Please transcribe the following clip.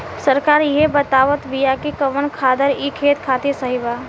सरकार इहे बतावत बिआ कि कवन खादर ई खेत खातिर सही बा